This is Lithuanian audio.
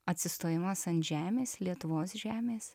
atsistojimas ant žemės lietuvos žemės